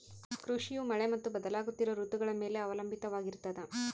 ಕೃಷಿಯು ಮಳೆ ಮತ್ತು ಬದಲಾಗುತ್ತಿರೋ ಋತುಗಳ ಮ್ಯಾಲೆ ಅವಲಂಬಿತವಾಗಿರ್ತದ